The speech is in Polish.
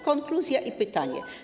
Konkluzja i pytanie.